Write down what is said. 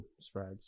spreads